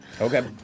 Okay